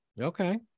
okay